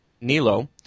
Nilo